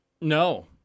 no